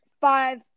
five